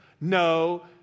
No